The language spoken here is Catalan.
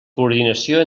coordinació